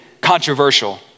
controversial